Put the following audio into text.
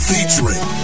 Featuring